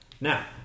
Now